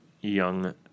young